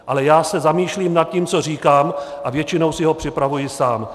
Ale já se zamýšlím nad tím, co říkám, a většinou si ho připravuji sám.